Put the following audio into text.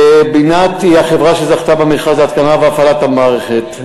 "בינת" היא החברה שזכתה במכרז להתקנת והפעלת המערכת.